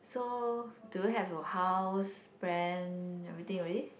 so do you have your house plan everything already